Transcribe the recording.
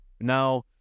Now